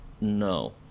No